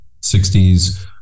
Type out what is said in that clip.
60s